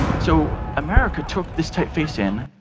so america took this typeface in,